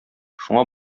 шуңа